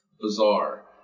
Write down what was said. bizarre